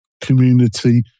Community